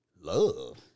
love